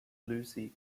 lucy